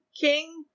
king